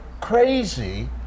crazy